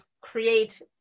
create